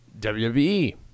WWE